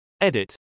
Edit